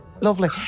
lovely